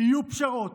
יהיו פשרות,